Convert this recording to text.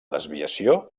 desviació